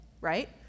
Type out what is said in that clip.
right